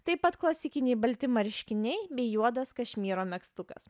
taip pat klasikiniai balti marškiniai bei juodas kašmyro megztukas